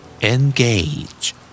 Engage